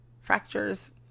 fractures